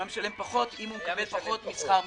הוא היה משלם פחות אם קיבל פחות משכר מינימום.